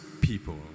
people